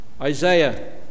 Isaiah